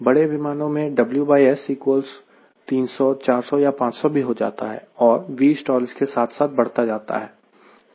बड़े विमानों में WS 300 400 500 भी हो जाता है और Vstall इसके साथ साथ भी बढ़ते जाती है